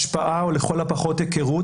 השפעה או לכל הפחות היכרות,